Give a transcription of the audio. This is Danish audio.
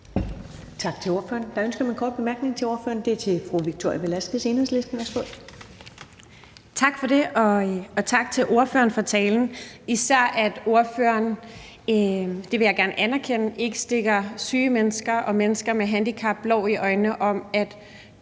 Tak til ordføreren. Der er ønske om en kort bemærkning til ordføreren fra fru Victoria Velasquez, Enhedslisten. Værsgo. Kl. 14:23 Victoria Velasquez (EL): Tak for det. Og tak til ordføreren for talen; især for, at ordføreren – det vil jeg gerne anerkende – ikke stikker syge mennesker og mennesker med handicap blår i øjnene om, at